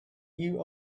you